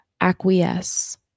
acquiesce